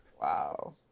Wow